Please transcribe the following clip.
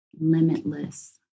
limitless